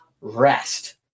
rest